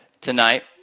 tonight